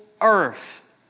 earth